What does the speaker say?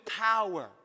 power